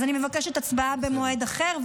אז אני מבקשת הצבעה במועד אחר,